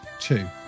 Two